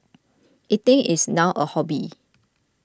eating is now a hobby